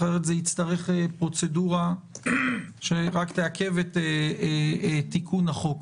אחרת זה יצריך פרוצדורה שרק תעכב את תיקון החוק,